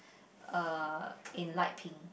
uh in light pink